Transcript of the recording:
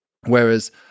Whereas